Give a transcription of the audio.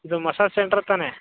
ಇದು massage centre ತಾನೆ